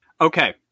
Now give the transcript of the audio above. Okay